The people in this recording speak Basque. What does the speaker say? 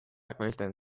ekoizten